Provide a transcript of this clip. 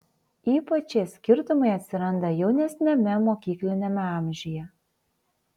ypač šie skirtumai atsiranda jaunesniame mokykliniame amžiuje